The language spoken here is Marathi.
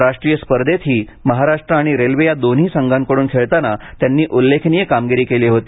राष्ट्रीय स्पर्धेतही महाराष्ट्र आणि रेल्वे या दोनही संघाकड्रन खेळताना त्यांनी उल्लेखनीय कामगिरी केली होती